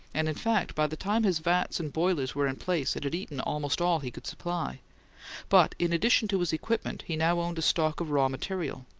and, in fact, by the time his vats and boilers were in place it had eaten almost all he could supply but in addition to his equipment he now owned a stock of raw material,